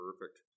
Perfect